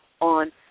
on